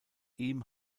ihm